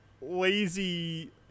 Lazy